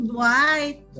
white